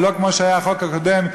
ולא כמו שהיה החוק הקודם,